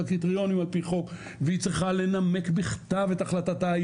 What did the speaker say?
לה קריטריונים על פי חוק והיא צריכה לנמק בכתב את החלטתה,